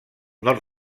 nord